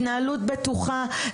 התנהלות בטוחה,